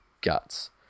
guts